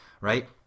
Right